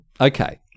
Okay